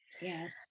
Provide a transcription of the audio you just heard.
Yes